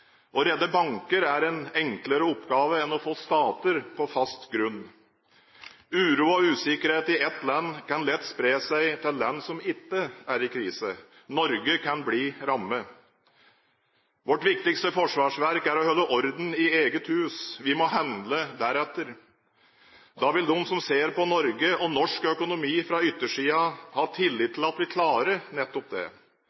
Å redde banker er en enklere oppgave enn å få stater på fast grunn. Uro og usikkerhet i ett land kan lett spre seg til land som ikke er i krise. Norge kan bli rammet. Vårt viktigste forsvarsverk er å holde orden i eget hus. Vi må handle deretter. Da vil de som ser på Norge og norsk økonomi fra utsiden, ha tillit